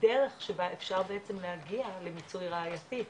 דרך שבה אפשר בעצם להגיע למיצוי ראייתי,